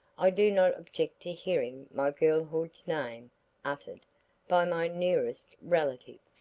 i do not object to hearing my girlhood's name uttered by my nearest relative.